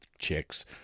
chicks